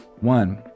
One